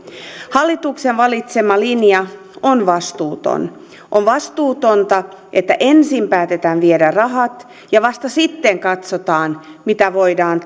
hallituksen valitsema linja on vastuuton on vastuutonta että ensin päätetään viedä rahat ja vasta sitten katsotaan mitä voidaan